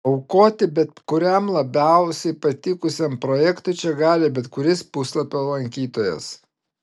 aukoti bet kuriam labiausiai patikusiam projektui čia gali bet kuris puslapio lankytojas